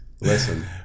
listen